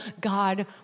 God